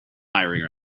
hiring